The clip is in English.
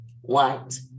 white